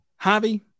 Javi